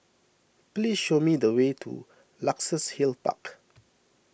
please show me the way to Luxus Hill Park